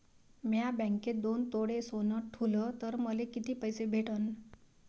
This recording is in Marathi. म्या बँकेत दोन तोळे सोनं ठुलं तर मले किती पैसे भेटन